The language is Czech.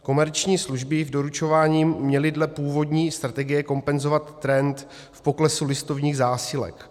Komerční služby v doručování měly dle původní strategie kompenzovat trend v poklesu listovních zásilek.